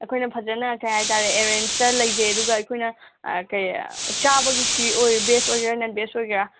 ꯑꯩꯈꯣꯏꯅ ꯐꯖꯅ ꯀꯩ ꯍꯥꯏꯇꯥꯔꯦ ꯑꯦꯔꯦꯟꯖꯇ ꯂꯩꯖꯩ ꯑꯗꯨꯒ ꯑꯩꯈꯣꯏꯅ ꯀꯩ ꯆꯥꯕꯒꯤꯁꯤ ꯚꯦꯖ ꯑꯣꯏꯒꯦꯔ ꯅꯟꯚꯦꯖ ꯑꯣꯏꯒꯦꯔ